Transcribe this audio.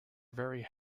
very